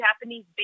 Japanese